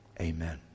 amen